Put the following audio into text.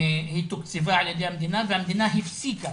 היא תוקצבה על ידי המדינה, והמדינה הפסיקה